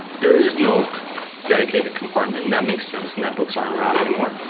there is no dedicated compartment. and that makes sense, netbooks aren't around anymore.